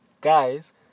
Guys